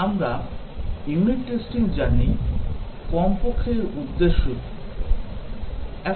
আমরা unit testing জানি কমপক্ষে এর উদ্দেশ্য কী